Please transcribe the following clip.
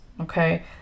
Okay